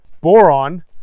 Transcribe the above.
Boron